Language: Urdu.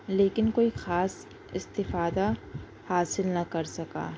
لیکن کوئی خاص اِستفادہ حاصل نہ کر سکا